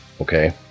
okay